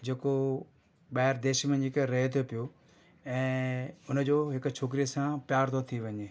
जेको ॿाहिरि देश में जेके रहे थो पियो ऐं उनजो हिकु छोकिरीअ सां प्यारु थो थी वञे